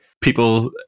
people